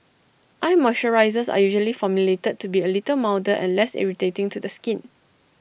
eye moisturisers are usually formulated to be A little milder and less irritating to the skin